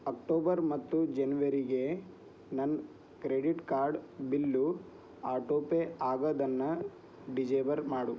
October ಮತ್ತು ಜನ್ವರಿಗೆ ನನ್ನ credit card bill auto pay ಆಗೋದನ್ನ ಡಿಜೇಬರ್ ಮಾಡು